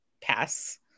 pass